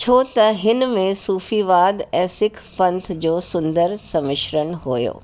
छो त हिन में सुफी वाद ऐं सिख पंथ जो सुंदर समीश्रण हुओ